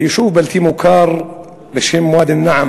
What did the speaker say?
ביישוב בלתי מוכר בשם ואדי-אל-נעם